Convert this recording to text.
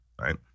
Right